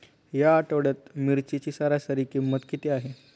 या आठवड्यात मिरचीची सरासरी किंमत किती आहे?